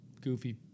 goofy